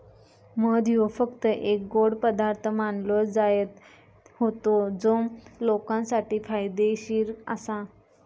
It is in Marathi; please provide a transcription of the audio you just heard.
मध ह्यो फक्त एक गोड पदार्थ मानलो जायत होतो जो लोकांसाठी फायदेशीर आसा